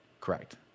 correct